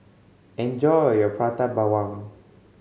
enjoy your Prata Bawang